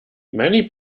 many